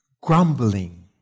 grumbling